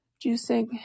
juicing